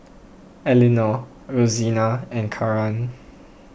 Elinore Rosina and Karan